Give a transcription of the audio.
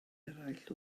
eraill